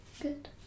good